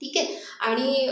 ठीक आहे आणि